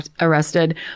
arrested